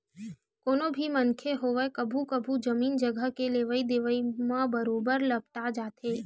कोनो भी मनखे होवय कभू कभू जमीन जघा के लेवई देवई म बरोबर लपटा जाथे